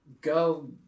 go